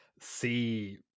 See